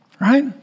right